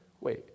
Wait